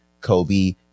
Kobe